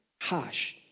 harsh